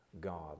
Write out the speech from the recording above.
God